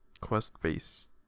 Quest-based